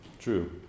true